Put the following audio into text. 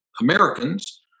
Americans